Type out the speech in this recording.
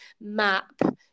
map